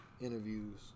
interviews